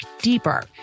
deeper